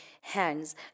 hands